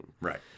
Right